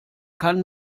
kann